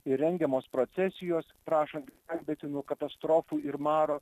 ir rengiamos procesijos prašant gelbėti nuo katastrofų ir maro